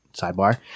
Sidebar